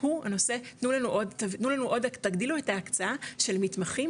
הוא הנושא 'תגדילו את ההקצאה של מתמחים,